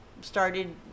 started